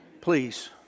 Please